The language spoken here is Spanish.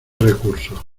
recursos